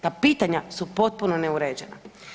Ta pitanja su potpuno neuređena.